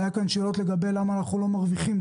היו כאן שאלות למה אנחנו לא מרוויחים.